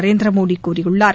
நரேந்திர மோடி கூறியுள்ளார்